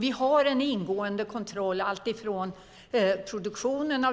Vi har en ingående kontroll alltifrån produktionen